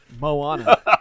Moana